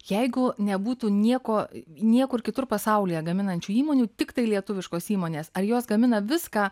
jeigu nebūtų nieko niekur kitur pasaulyje gaminančių įmonių tiktai lietuviškos įmonės ar jos gamina viską